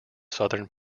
southern